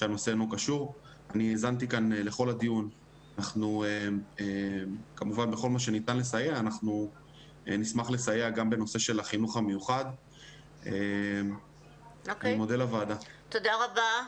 תודה רבה.